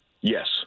Yes